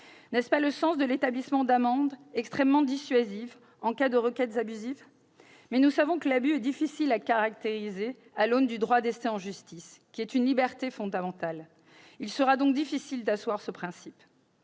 N'est-ce pas le sens de l'établissement d'amendes extrêmement dissuasives en cas de requêtes abusives ? Mais nous savons que l'abus est difficile à caractériser à l'aune du droit d'ester en justice, qui est une liberté fondamentale. Il sera donc difficile d'asseoir ce principe.